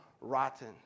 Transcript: rotten